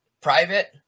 private